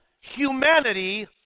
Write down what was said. humanity